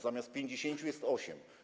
Zamiast 50 jest 8.